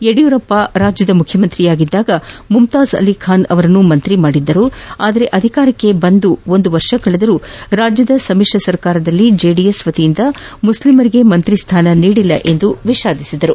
ಯಡಿಯೂರಪ್ಪ ರಾಜ್ಯದ ಮುಖ್ಯಮಂತ್ರಿಯಾಗಿದ್ದಾಗ ಮುಮ್ತಾಜ್ ಅಲಿ ಖಾನ್ ಅವರನ್ನು ಮಂತ್ರಿ ಮಾಡಿದ್ದರು ಆದರೆ ಅಧಿಕಾರಕ್ಕೆ ಬಂದು ಒಂದು ವರ್ಷ ಕಳೆದರೂ ರಾಜ್ಯದ ಸಮಿಶ್ರ ಸರ್ಕಾರದಲ್ಲಿ ಜೆಡಿಎಸ್ ವತಿಯಿಂದ ಮುಸ್ಲಿಮರಿಗೆ ಮಂತ್ರಿ ಸ್ಥಾನ ನೀಡಿಲ್ಲ ಎಂದು ವಿಷಾದಿಸಿದರು